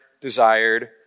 desired